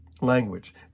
language